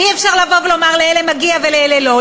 אי-אפשר לבוא ולומר: לאלה מגיע ולאלה לא.